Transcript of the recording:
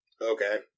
Okay